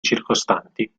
circostanti